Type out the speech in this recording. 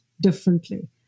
differently